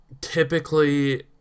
Typically